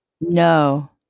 No